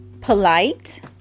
polite